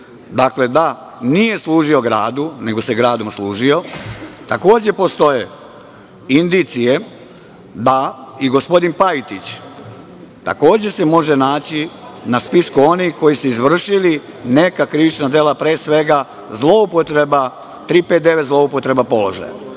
da nije služio gradu nego se gradom služio. Takođe postoje indicije da i gospodin Pajtić takođe se može naći na spisku onih koji su izvršili neka krivična dela, pre svega zloupotreba položaja.